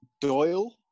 Doyle